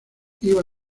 iba